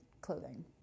clothing